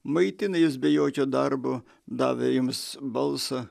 maitina jus be jokio darbo davė jums balsą